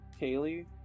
Kaylee